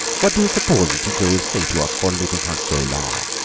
what do you suppose ginger will say to us for leaving her so long?